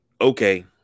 okay